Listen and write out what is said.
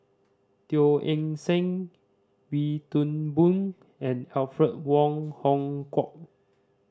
Teo Eng Seng Wee Toon Boon and Alfred Wong Hong Kwok